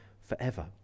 forever